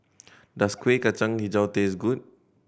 does Kuih Kacang Hijau taste good